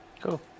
cool